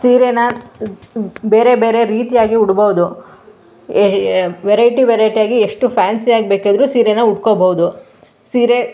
ಸೀರೆನ ಬೇರೆ ಬೇರೆ ರೀತಿಯಾಗಿ ಉಡ್ಬೋದು ಏ ವೆರೈಟಿ ವೆರೈಟಿಯಾಗಿ ಎಷ್ಟು ಫ್ಯಾನ್ಸಿಯಾಗಿ ಬೇಕಿದ್ದರೂ ಸೀರೆನ ಉಟ್ಕೋಬೋದು ಸೀರೆ